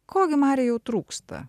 ko gi marijau trūksta